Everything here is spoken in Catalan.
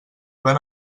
van